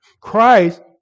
Christ